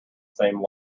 same